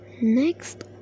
next